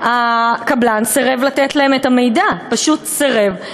והקבלן סירב לתת להם את המידע, פשוט סירב.